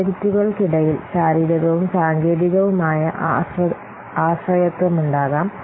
പ്രോജക്റ്റുകൾക്കിടയിൽ ശാരീരികവും സാങ്കേതികവുമായ ആശ്രയത്വമുണ്ടാകാം